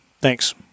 Thanks